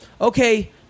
okay